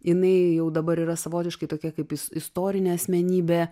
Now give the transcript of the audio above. jinai jau dabar yra savotiškai tokia kaip istorinė asmenybė